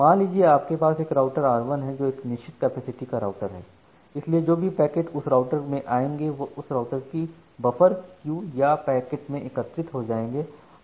मान लीजिए कि आपके पास एक राउटर R1 है जो एक निश्चित कैपेसिटी का राउटर है इसलिए जो भी पैकेट उस राउटर में आएंगे वह उस राउटर के बफर क्यू या पैकेट क्यू में एकत्रित हो जाएंगे